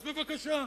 אז בבקשה,